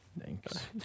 Thanks